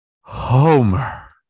Homer